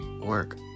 work